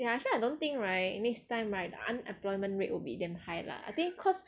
ya actually I don't think right next time right the unemployment rate will be damn high lah I think cause